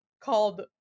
called